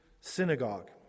synagogue